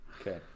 Okay